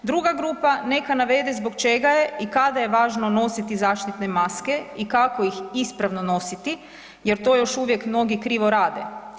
Druga grupa neka navede zbog čega je i kada je važno nositi zaštitne maske i kako ih ispravno nositi jer to još uvijek mnogi krivo rade.